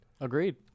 Agreed